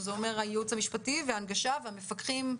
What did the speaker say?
שזה אומר הייעוץ המשפטי וההנגשה והמפקחים.